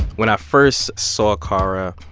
when i first saw kara,